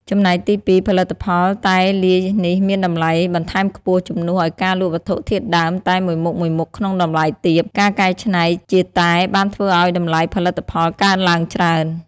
ចំណែកទី២ ផលិតផលតែលាយនេះមានតម្លៃបន្ថែមខ្ពស់ ជំនួសឲ្យការលក់វត្ថុធាតុដើមតែមួយមុខៗក្នុងតម្លៃទាប ការកែច្នៃជាតែបានធ្វើឲ្យតម្លៃផលិតផលកើនឡើងច្រើន។